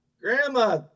grandma